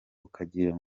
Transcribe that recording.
ukagira